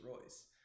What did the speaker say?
Royce